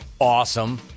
awesome